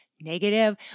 negative